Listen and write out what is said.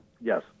Yes